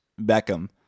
Beckham